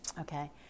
Okay